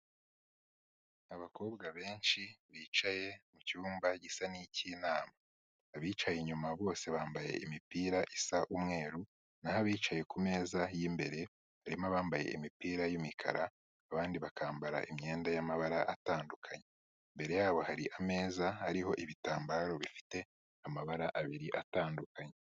Abakobwa benshi bicaye mu cyumba gisa n'icy'inama. Abicaye inyuma bose bambaye imipira isa umweru, na ho abicaye ku meza y'imbere harimo bambaye imipira y'imikara abandi bakambara imyenda y'amabara atandukanye. Imbere yabo hari ameza ariho ibitambaro bifite amabara abiri atandukanye.